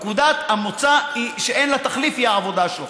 נקודת המוצא שאין לה תחליף היא העבודה שלך.